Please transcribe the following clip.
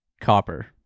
copper